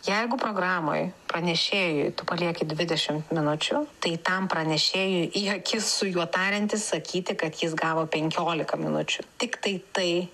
jeigu programoj pranešėjui tu palieki dvidešimt minučių tai tam pranešėjui į akis su juo tariantis sakyti kad jis gavo penkiolika minučių tiktai tai